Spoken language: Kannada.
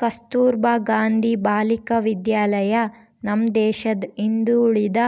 ಕಸ್ತುರ್ಭ ಗಾಂಧಿ ಬಾಲಿಕ ವಿದ್ಯಾಲಯ ನಮ್ ದೇಶದ ಹಿಂದುಳಿದ